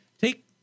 take